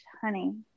honey